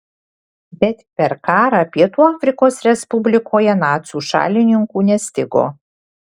bet per karą pietų afrikos respublikoje nacių šalininkų nestigo